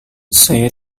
saya